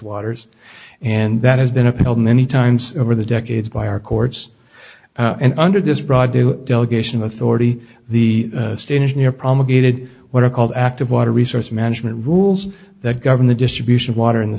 waters and that has been upheld many times over the decades by our courts and under this broad a delegation of authority the stage near promulgated what are called active water resource management rules that govern the distribution water in the